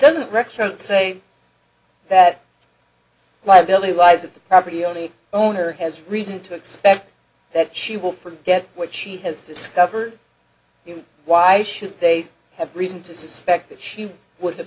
actually say that like delhi lies at the property only owner has reason to expect that she will forget what she has discovered why should they have reason to suspect that she would have